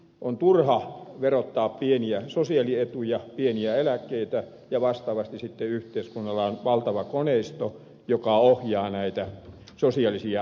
on turha verottaa pieniä sosiaalietuja pieniä eläkkeitä ja vastaavasti yhteiskunnalla on sitten valtava koneisto joka ohjaa näitä sosiaalisia tukia